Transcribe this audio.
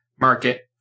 market